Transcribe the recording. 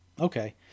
Okay